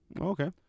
Okay